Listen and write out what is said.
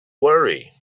worry